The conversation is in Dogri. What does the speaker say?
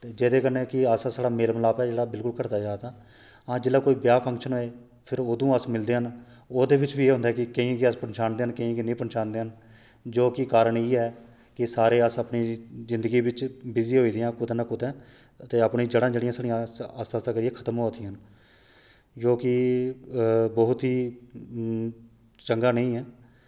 जेह्दे कन्नै कि अस साढ़ा मेल मिलाप ऐ जेह्ड़ा बिल्कुल घटदा जा दा हां जेल्लै कोई ब्याह् फंक्शन होए फिर अदूं अस मिलदे न ओह्दे बिच बी केह् होंदा कि केइयें गी अस पन्छानदे न केइयें गी निं पन्छानदे न जो कि कारण इ'यै ऐ कि सारे अस अपने जिंदगी बिच विजी होए दे आं कुतै नां कुतै ते अपनियां जड़ांऽ जेह्ड़ियां साढ़ियां आस्तै आस्तै करियै खत्म होआ दियां न जो कि बहुत ही चंगा नेईं ऐ